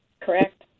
Correct